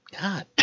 God